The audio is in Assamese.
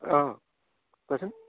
অঁ কোৱাচোন